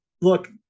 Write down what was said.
look